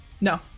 no